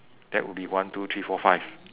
that would be one two three four five